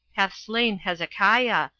hath slain hezekiah,